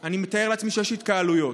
ואני מתאר לעצמי שיש בו התקהלויות.